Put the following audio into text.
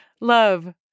Love